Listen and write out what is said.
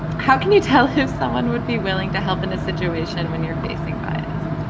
how can you tell if someone would be willing to help in a situation when you're facing bias?